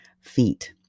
feet